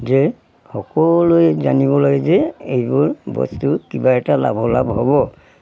যে সকলোৱে জানিব লাগে যে এইবোৰ বস্তু কিবা এটা লাভৰ লাভ হ'ব